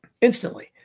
instantly